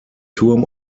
turm